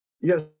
yes